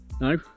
no